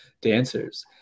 dancers